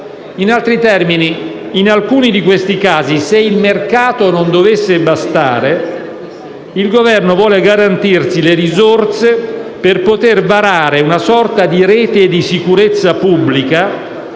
In altri termini, in alcuni di questi casi se il mercato non dovesse bastare, il Governo vuole garantirsi le risorse per poter varare una sorta di rete di sicurezza pubblica,